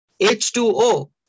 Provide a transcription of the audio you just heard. H2O